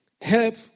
Help